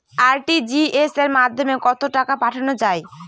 RTGS এর মাধ্যমে কত টাকা পাঠানো যায়?